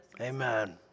amen